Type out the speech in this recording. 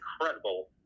incredible